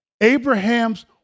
Abraham's